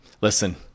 listen